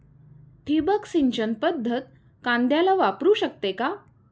ठिबक सिंचन पद्धत कांद्याला वापरू शकते का?